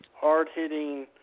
hard-hitting